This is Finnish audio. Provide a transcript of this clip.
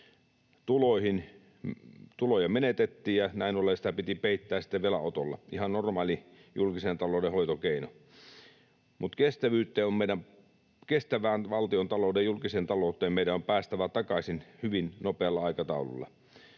Tuloja menetettiin, ja näin ollen sitä piti peittää sitten velanotolla — ihan normaali julkisen talouden hoitokeino. Mutta kestävään valtiontalouteen, julkiseen talouteen, meidän on päästävä takaisin hyvin nopealla aikataululla.